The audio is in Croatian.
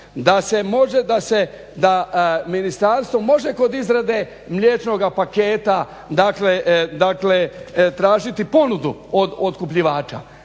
da se može, da ministarstvo može kod izrade mliječnoga paketa dakle tražiti ponudu od otkupljivača,